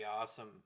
awesome